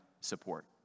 support